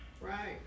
Right